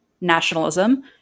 nationalism